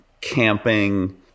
camping